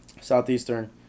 Southeastern